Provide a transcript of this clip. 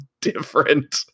different